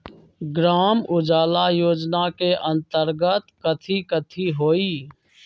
ग्राम उजाला योजना के अंतर्गत कथी कथी होई?